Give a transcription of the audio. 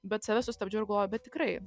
bet save sustabdžiau ir galvoju bet tikrai